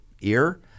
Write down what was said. ear